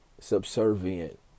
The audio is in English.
subservient